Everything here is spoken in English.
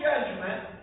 judgment